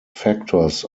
factors